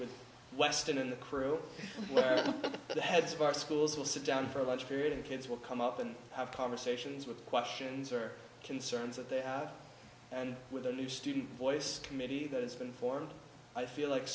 with weston in the crew the heads of our schools will sit down for lunch period and kids will come up and have conversations with questions or concerns that they have and with the new student voice committee that has been formed i feel like